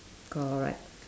correct